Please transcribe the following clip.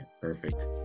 Perfect